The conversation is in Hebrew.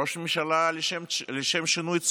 ראש הממשלה צודק, לשם שינוי,